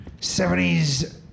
70s